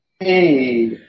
Hey